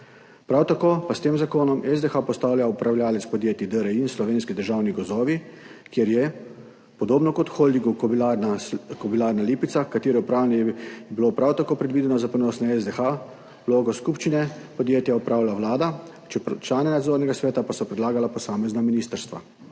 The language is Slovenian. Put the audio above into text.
Prav tako pa s tem zakonom SDH postaja upravljavec podjetij DRI in Slovenski državni gozdovi, kjer je, podobno kot Holding Kobilarna Lipica, katere upravljanje je bilo prav tako predvideno za prenos na SDH, vlogo skupščine podjetja opravlja Vlada, člane nadzornega sveta pa so predlagala posamezna ministrstva.